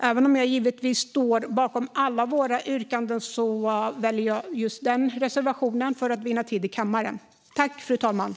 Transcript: För att vinna tid i kammaren väljer jag endast den reservationen, även om jag givetvis står bakom alla våra reservationer.